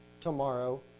tomorrow